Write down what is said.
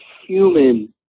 human